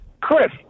Chris